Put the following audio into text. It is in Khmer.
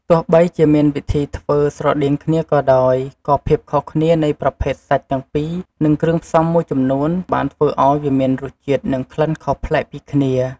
ទោះបីជាមានវិធីធ្វើស្រដៀងគ្នាក៏ដោយ ក៏ភាពខុសគ្នានៃប្រភេទសាច់ទាំងពីរ និងគ្រឿងផ្សំមួយចំនួនបានធ្វើឱ្យវាមានរសជាតិ និងក្លិនខុសប្លែកពីគ្នា។